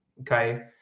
Okay